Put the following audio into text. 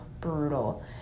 brutal